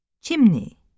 Chimney